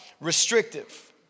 restrictive